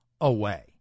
away